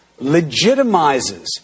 legitimizes